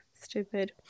Stupid